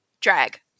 drag